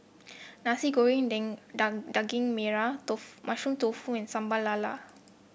Nasi Goreng Daging Merah tofu Mushroom Tofu and Sambal Lala